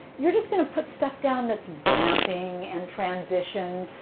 you're just going to put stuff down that's vamping and transition.